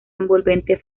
envolvente